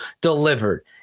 delivered